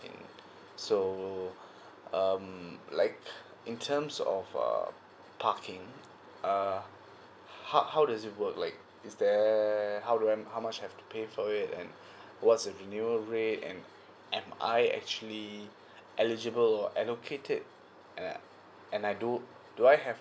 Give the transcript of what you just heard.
in so um like in terms of uh parking uh how how does it work like is there how do I'm how much I've pay for it and what's your renewal rate and am I actually eligible or allocated and I and I do do I have